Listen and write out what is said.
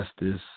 justice